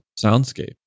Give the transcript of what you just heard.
soundscape